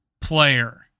player